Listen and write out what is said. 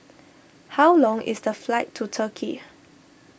how long is the flight to Turkey